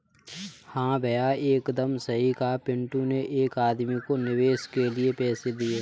हां भैया एकदम सही कहा पिंटू ने एक आदमी को निवेश के लिए पैसे दिए